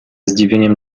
zdziwieniem